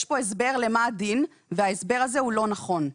יש כאן הסבר למה הדין וההסבר הזה הוא לא נכון.